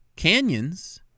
canyons